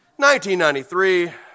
1993